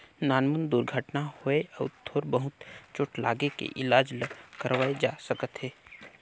नानमुन दुरघटना होए अउ थोर बहुत चोट लागे के इलाज ल करवाए जा सकत हे